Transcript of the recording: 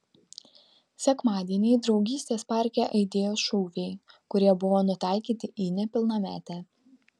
sekmadienį draugystės parke aidėjo šūviai kurie buvo nutaikyti į nepilnametę